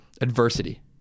Adversity